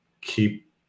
Keep